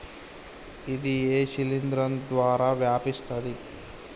ఇది ఏ శిలింద్రం ద్వారా వ్యాపిస్తది?